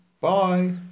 Bye